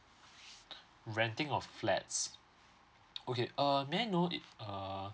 renting of flats okay uh may I know it err